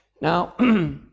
Now